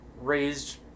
raised